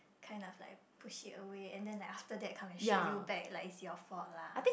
kind of like push it away and then like after that come and shoot you back like it's your fault lah